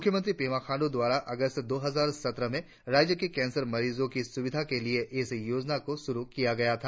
मुख्यमंत्री पेमा खाण्डू द्वारा अगस्त दो हजार सत्रह में राज्य के केंसर मरीजों की सुविधा के लिए इस योजना को शुरु किया गया था